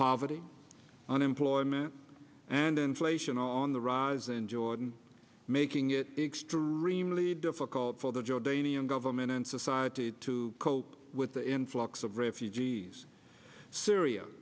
poverty unemployment and inflation on the rise in jordan making it extremely difficult for the jordanian government and society to cope with the influx of refugees syria